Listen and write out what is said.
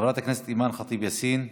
חברת הכנסת אימאן ח'טיב יאסין.